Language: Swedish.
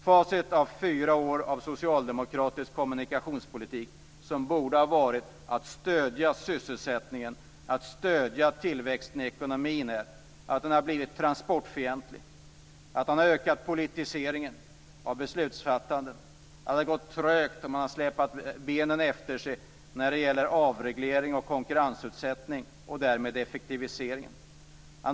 Facit av fyra år av socialdemokratisk kommunikationspolitik, som borde ha varit att stödja sysselsättningen och tillväxten i ekonomin, är att den har blivit transportfientlig. Politiseringen av beslutsfattande har ökat. Det har gått trögt, och man har släpat benen efter sig när det gäller avreglering och konkurrensutsättning och därmed effektivisering.